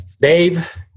Dave